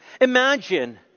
Imagine